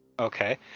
Okay